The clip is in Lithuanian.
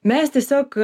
mes tiesiog